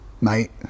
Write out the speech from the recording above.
mate